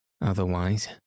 Otherwise